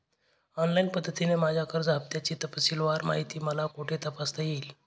Online पद्धतीने माझ्या कर्ज हफ्त्याची तपशीलवार माहिती मला कुठे तपासता येईल?